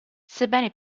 sebbene